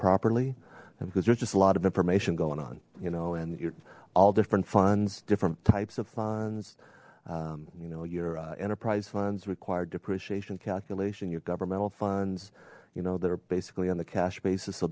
properly because there's just a lot of information going on you know and you're all different funds different types of funds you know your enterprise funds required depreciation calculation your governmental funds you know that are basically on the cash basis so